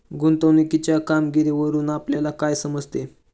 गुंतवणुकीच्या कामगिरीवरून आपल्याला काय समजते?